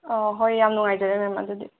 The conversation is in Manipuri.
ꯍꯣꯏ ꯌꯥꯝ ꯅꯨꯡꯉꯥꯏꯖꯔꯦ ꯃꯦꯝ ꯑꯗꯨꯗꯤ